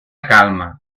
calma